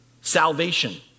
salvation